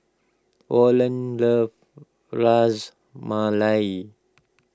Orland loves Ras Malai